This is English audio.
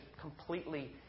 completely